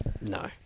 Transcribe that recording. No